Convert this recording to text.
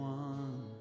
one